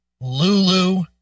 Lulu